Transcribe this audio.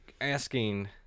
asking